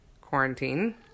quarantine